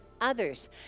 others